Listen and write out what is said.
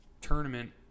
tournament